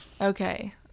Okay